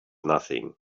nothing